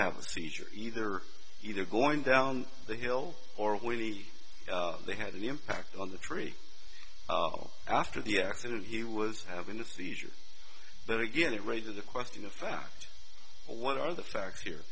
have a seizure either either going down the hill or we need they had an impact on the tree after the accident he was having a seizure but again it raises the question the fact well what are the facts here